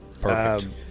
Perfect